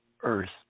Earth